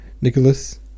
Nicholas